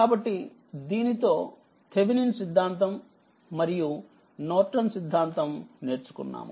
కాబట్టి దీనితో థేవినిన్ సిద్దాంతం మరియు నార్టన్ సిద్దాంతము నేర్చుకున్నాము